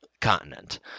continent